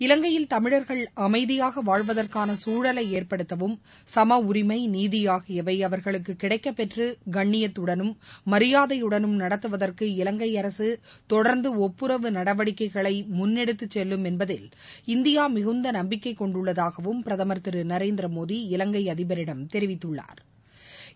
இலங்கையில் தமிழர்கள் அமைதியாக வாழ்வதற்கான குழலை ஏற்படுத்தவும் சம உரிமை நீதி ஆகியவை அவர்களுக்கு கிடைக்கப்பெற்று கண்ணியத்தடனும் மரியாதையுடனும் நடத்துவதற்கு இலங்கை அரசு தொடர்ந்து ஒப்புறவு நடவடிக்கைகளை முன்னெடுத்திச் செல்லும் என்பதில் இந்தியா மிகுந்த நம்பிக்கை கொண்டுள்ளதாகவும் பிரதமா் திரு நரேந்திர மோடி இலங்கை அதிபரிடம் தெரிவித்துள்ளாா்